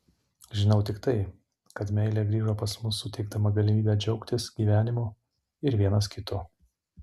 žinau tik tai kad meilė grįžo pas mus suteikdama galimybę džiaugtis gyvenimu ir vienas kitu